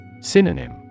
Synonym